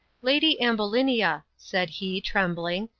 lady ambulinia, said he, trembling,